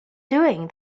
doing